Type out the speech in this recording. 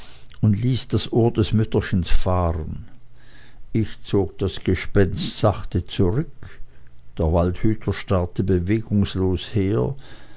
und ließ das ohr des mütterchens fahren ich zog das gespenst sachte zurück der waldhüter starrte bewegungslos her